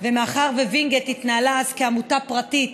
ומאחר שווינגייט התנהלה אז כעמותה פרטית